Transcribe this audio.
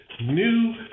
new